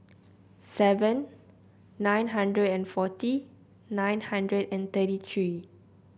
seven nine hundred and forty nine hundred and thirty three